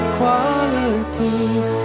qualities